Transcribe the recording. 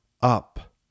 up